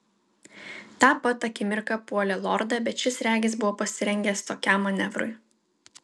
tą pat akimirką puolė lordą bet šis regis buvo pasirengęs tokiam manevrui